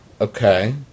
Okay